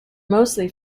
mostly